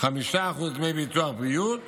ל-5% דמי ביטוח בריאות